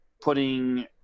putting